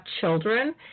children